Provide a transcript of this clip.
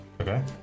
Okay